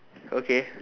okay